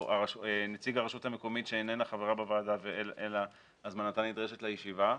או נציג הרשות המקומית שאיננה חברה בוועדה והזמנתה נדרשת לישיבה,